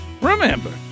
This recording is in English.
Remember